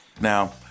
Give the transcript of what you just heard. Now